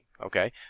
Okay